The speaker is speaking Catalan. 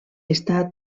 està